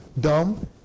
Dumb